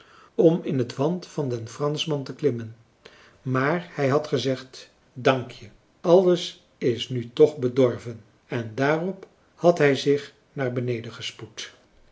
om in het want van den franschman te klimmen maar hij had gezegd dankje alles is nu toch bedorven en daarop had hij zich naar beneden gespoed